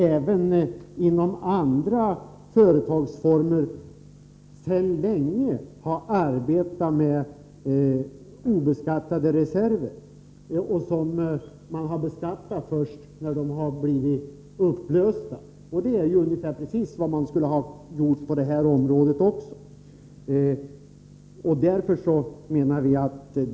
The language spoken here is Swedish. Även inom andra företagsformer har man sedan länge arbetat med obeskattade reserver, som beskattas först när de blivit upplösta. Det är precis vad man skulle ha gjort också på detta område.